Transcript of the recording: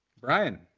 Brian